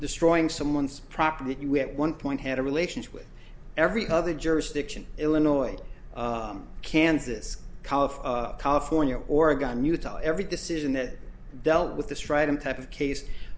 destroying someone's property if you were at one point had a relationship with every other jurisdiction illinois kansas calif california oregon utah every decision that dealt with this right and type of case